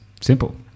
Simple